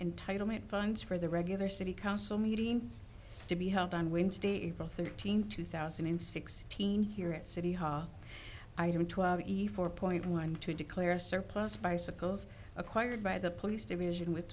entitlement funds for the regular city council meeting to be held on wednesday april thirteenth two thousand and sixteen here at city hall i don't twelve efore point one to declare a surplus bicycles acquired by the police division with